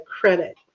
credit